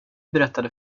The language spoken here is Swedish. berättade